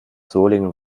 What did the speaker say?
solingen